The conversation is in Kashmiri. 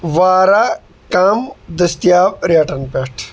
واریاہ کَم دٔستیاب ریٹَن پٮ۪ٹھ